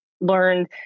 learned